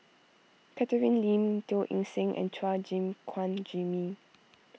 Catherine Lim Teo Eng Seng and Chua Gim Guan Jimmy